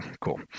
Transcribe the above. cool